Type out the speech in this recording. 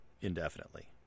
indefinitely